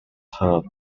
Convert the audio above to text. heard